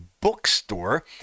bookstore